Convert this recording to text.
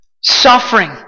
suffering